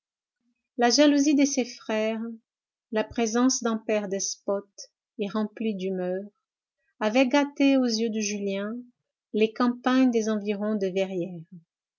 la jalousie de ses frères la présence d'un père despote et rempli d'humeur avaient gâté aux yeux de julien les campagnes des environs de verrières